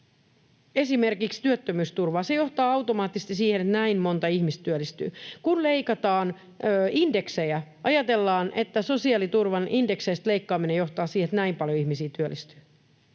esimerkiksi työttömyysturvaa, se johtaa automaattisesti siihen, että näin monta ihmistä työllistyy. Kun leikataan indeksejä, ajatellaan, että sosiaaliturvan indekseistä leikkaaminen johtaa siihen, että näin paljon ihmisiä työllistyy.